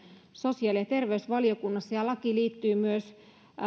sosiaali ja terveysvaliokunnassa laki liittyy myös